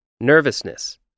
nervousness